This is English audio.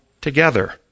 together